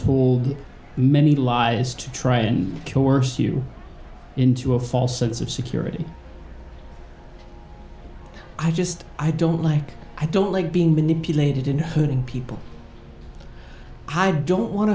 is many lies to try and coerce you into a false sense of security i just i don't like i don't like being manipulated into hurting people i don't want